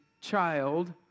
child